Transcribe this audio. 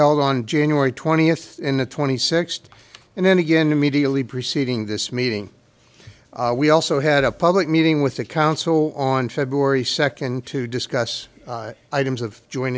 held on january twentieth and the twenty sixth and then again immediately preceding this meeting we also had a public meeting with the council on february second to discuss items of joined